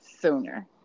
sooner